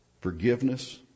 forgiveness